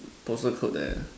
postal code there